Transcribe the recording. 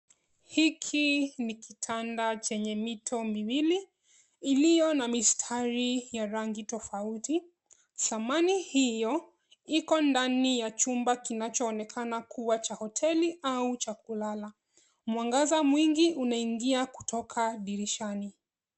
Hiki ni kitanda chenye mito miwili iliyo na mistari ya rangi tofauti. Samani hiyo iko ndani ya chumba kinachoonekana kuwa cha hoteli au cha kulala. Mwangaza mwingi unaingia kutoka dirishani.